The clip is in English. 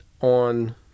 on